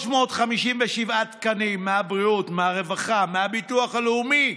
357 תקנים מהבריאות, מהרווחה, מהביטוח הלאומי,